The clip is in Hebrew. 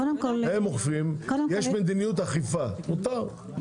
הם אוכפים, יש מדיניות אכיפה, מותר.